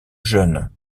jeunes